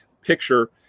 picture